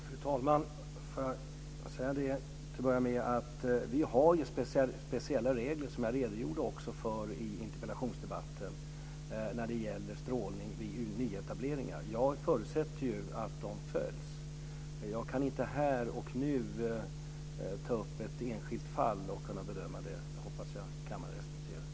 Fru talman! Får jag till att börja med säga att vi har speciella regler, som jag också redogjorde för i interpellationsdebatten, när det gäller strålning vid nyetableringar. Jag förutsätter att de följs. Jag kan inte här och nu ta upp ett enskilt fall och bedöma det. Det hoppas jag att kammaren respekterar.